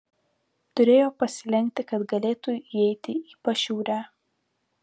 turėjo pasilenkti kad galėtų įeiti į pašiūrę